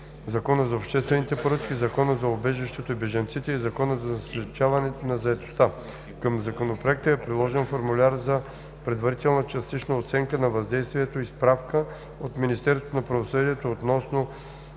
Закона за обществените поръчки, Закона за убежището и бежанците и Закона за насърчаване на заетостта. Към Законопроекта е приложен формуляр за предварителна частична оценка на въздействието и справка от Министерството на правосъдието относно